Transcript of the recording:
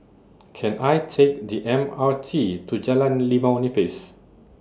Can I Take The M R T to Jalan Limau Nipis